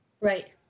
Right